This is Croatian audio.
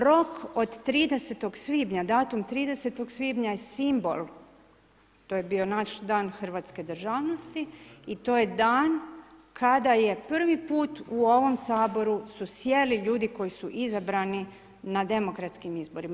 Rok od 30. svibnja, datum 30. svibnja je simbol, to je bio naš dan hrvatske državnosti i to je dan kada prvi put u ovom Saboru su sjeli ljudi koji su izabrani na demokratskim izborima.